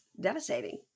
devastating